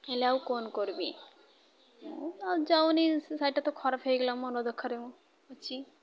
ହେଲେ ଆଉ କ'ଣ କରିବି ଆଉ ଯାଉନି ସେ ଶାଢ଼ୀଟା ତ ଖରାପ ହେଇଗଲା ମୋ ମନ ଦୁଃଖରେ ଅଛି